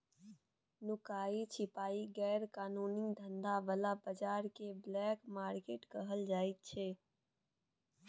नुकाए छिपाए गैर कानूनी धंधा बला बजार केँ ब्लैक मार्केट कहल जाइ छै